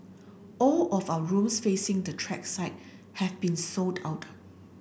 all of our rooms facing the track side have been sold out